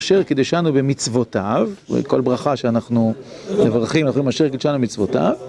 אשר קידשנו במצוותיו, כל ברכה שאנחנו מברכים, אנחנו אשר קידשנו במצוותיו.